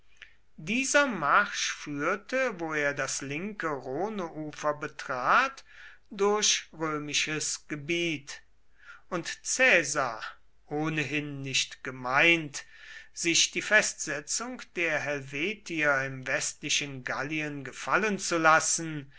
dieser marsch führte wo er das linke rhoneufer betrat durch römisches gebiet und caesar ohnehin nicht gemeint sich die festsetzung der helvetier im westlichen gallien gefallen zu lassen